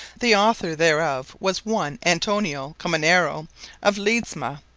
the author thereof was one antonio colmenero of ledesma,